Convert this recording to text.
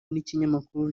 n’ikinyamakuru